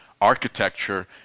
architecture